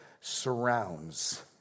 surrounds